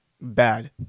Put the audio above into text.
bad